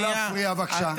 לא להפריע בבקשה.